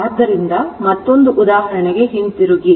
ಆದ್ದರಿಂದ ಮತ್ತೊಂದು ಉದಾಹರಣೆಗೆ ಹಿಂತಿರುಗಿ